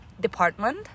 department